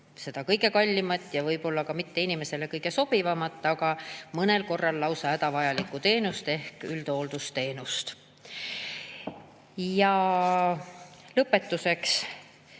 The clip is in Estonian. seda kõige kallimat ja võib-olla ka inimesele mitte kõige sobivamat, aga mõnel korral lausa hädavajalikku teenust ehk üldhooldusteenust. Lõpetuseks